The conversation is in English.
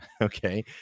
Okay